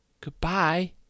Goodbye